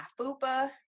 fupa